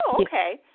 okay